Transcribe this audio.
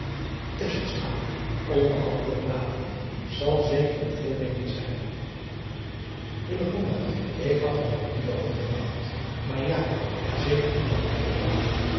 nbeantwoord laten zal zeker uw voornemen zijn k had er nog niet over gedacht aar ja ja zeker onbeantwoord laten